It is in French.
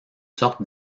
sorte